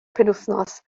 penwythnos